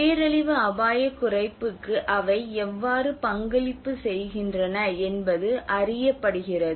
பேரழிவு அபாயக் குறைப்புக்கு அவை எவ்வாறு பங்களிப்பு செய்கின்றன என்பது அறியப்படுகிறது